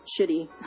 shitty